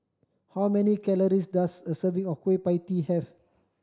how many calories does a serving of Kueh Pie Tee have